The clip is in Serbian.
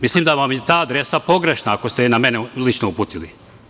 Mislim da vam je ta adresa pogrešna ako ste je na mene lično uputili.